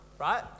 right